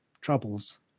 troubles